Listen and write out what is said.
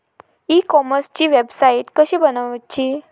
E कॉमर्सची website कशी बनवची?